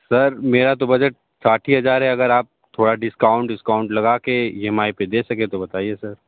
sir मेरा तो budget साठ ही हज़ार है अगर आप थोड़ा डिस्काउंट वीस्काउंट लगा के ई एम आई पर दे सके तो बताइए सर